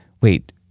wait